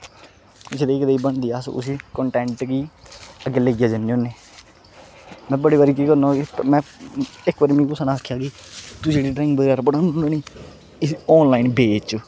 जनेही कदेही बनदी ऐ अस उसी कंटेंट गी अग्गें लेइयै जन्ने होन्ने में बड़े बारी केह् करना होन्ना में इक बारी मिगी कुसै ने आखेआ के तूं जेह्ड़ी ड्रांइग बगैरा बनाना होन्ना नी इसी आनलाइन बेच